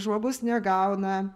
žmogus negauna